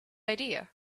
idea